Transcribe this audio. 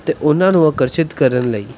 ਅਤੇ ਉਹਨਾਂ ਨੂੰ ਆਕਰਸ਼ਿਤ ਕਰਨ ਲਈ